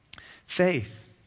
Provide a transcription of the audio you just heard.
faith